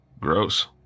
Gross